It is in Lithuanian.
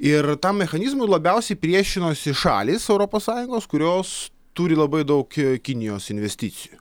ir tam mechanizmui labiausiai priešinosi šalys europos sąjungos kurios turi labai daug kinijos investicijų